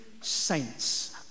saints